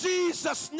Jesus